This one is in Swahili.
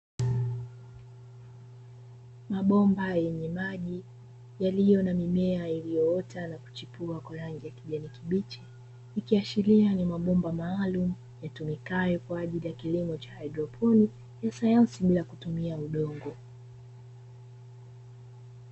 Mabomba yenye maji na yaliyo mimea iliyo chipua kwa rangi ya kijani kibichi, ikiashiria ni mabomba maalumu yatumikayo kwa ajili ya kilimo haidroponiki cha sayansi bila kutumia udongo.